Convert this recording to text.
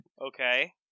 Okay